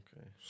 okay